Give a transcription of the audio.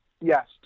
Yes